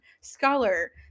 scholar